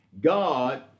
God